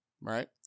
Right